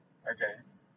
okay